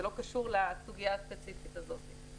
זה לא קשור לסוגיה הספציפית הזאת.